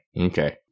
okay